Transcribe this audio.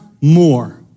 more